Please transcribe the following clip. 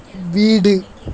வீடு